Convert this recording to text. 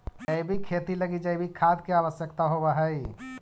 जैविक खेती लगी जैविक खाद के आवश्यकता होवऽ हइ